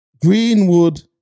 Greenwood